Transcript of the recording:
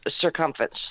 circumference